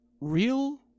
real